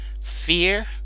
fear